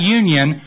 union